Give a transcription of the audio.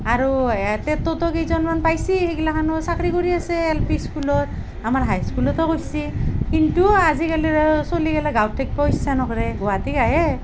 আৰু টেটটো কেইজন মানে পাইছে সেইবিলাকেও চাকৰি কৰি আছে এল পি স্কুলত আমাৰ হাইস্কুলতো কৰিছে কিন্তু আজিকালিৰ আৰু ছোৱালীবিলাক গাঁৱত থাকিব ইচ্ছা নকৰে গুৱাহাটীত আহে